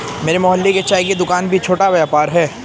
मेरे मोहल्ले की चाय की दूकान भी छोटा व्यापार है